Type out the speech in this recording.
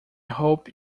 hope